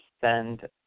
send